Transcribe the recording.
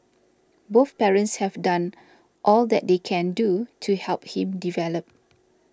both parents have done all that they can do to help him develop